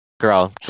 Girl